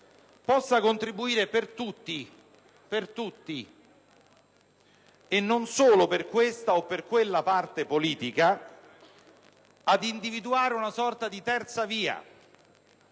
possa contribuire per tutti, e non solo per questa o per quella parte politica, ad individuare una sorta di terza via,